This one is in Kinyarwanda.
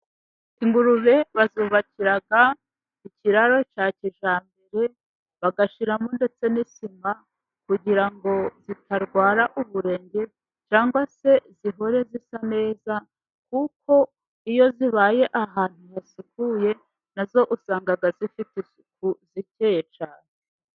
Ingurube bazubakira ikiraro cya kijyambere bashyiramo ndetse n'isima, kugira ngo zitarwara uburenge cyangwa se zihore zisa neza, kuko iyo zibaye ahantu hasukuye nazo usanga zifite isuku zikeye cyane.